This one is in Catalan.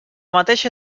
mateixa